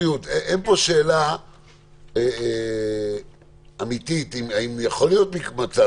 אין פה שאלה אמיתית האם יכול להיות מצב,